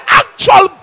actual